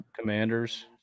Commanders